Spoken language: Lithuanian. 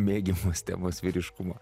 mėgiamos temos vyriškumo